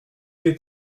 des